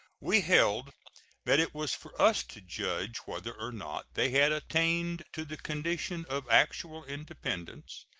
we held that it was for us to judge whether or not they had attained to the condition of actual independence,